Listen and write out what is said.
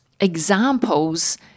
examples